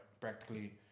practically